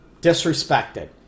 disrespected